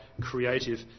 creative